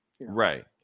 Right